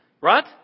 Right